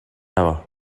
hour